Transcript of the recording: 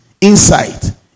Insight